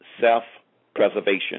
self-preservation